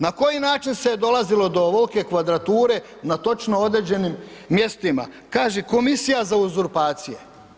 Na koji način se je dolazilo do ovolike kvadrature na točno određenim mjestima, kaže komisija za uzurpacije.